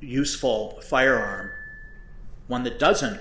useful firearm one that doesn't